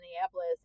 Minneapolis